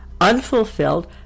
unfulfilled